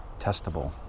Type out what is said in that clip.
testable